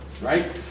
right